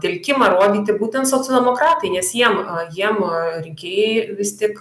telkimą rodyti būtent socialdemokratai nes jiem jiem rinkėjai vis tik